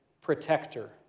protector